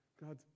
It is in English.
God